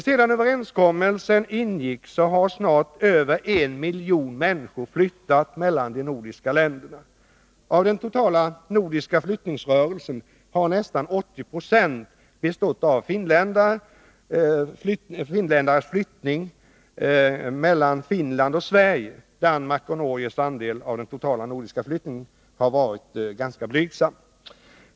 Sedan överenskommelsen ingicks har snart över en miljon människor flyttat mellan de nordiska länderna. Av den totala nordiska flyttningsrörelsen har nästan 80 20 bestått av finländarnas flyttning mellan Finland och Sverige. Danmarks och Norges andel av den totala nordiska flyttningsrörelsen har varit rätt blygsam.